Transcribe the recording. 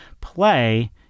play